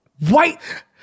White